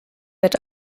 wird